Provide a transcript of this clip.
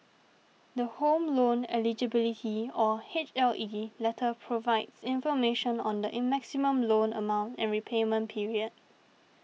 the Home Loan Eligibility or H L E letter provides information on the in maximum loan amount and repayment period